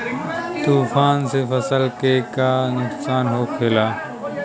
तूफान से फसल के का नुकसान हो खेला?